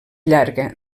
llarga